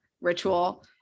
ritual